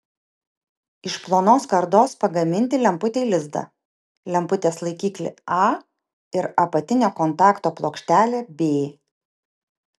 iš plonos skardos pagaminti lemputei lizdą lemputės laikiklį a ir apatinio kontakto plokštelę b